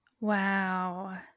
wow